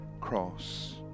cross